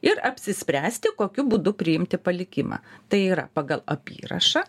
ir apsispręsti kokiu būdu priimti palikimą tai yra pagal apyrašą